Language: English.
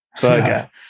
burger